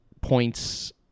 points